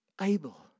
Able